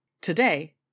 Today